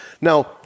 Now